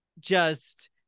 just-